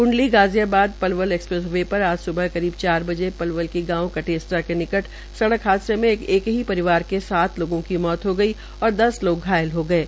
Kundli Ghaziabad Palwal express way पर आज स्बह करीब चार बजे पलवल के गांव कटेसरा के निकट सड़क हादसे में एक ही परिवार के सात लोगों की मौत हो गई और दस लोग घायल हो गये